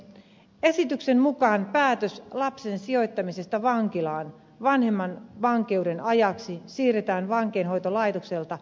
esityksen mukaan päätös lapsen sijoittamisesta vankilaan vanhemman vankeuden ajaksi siirretään vankeinhoitolaitokselta lastensuojeluviranomaiselle